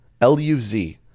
L-U-Z